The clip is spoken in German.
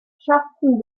schafften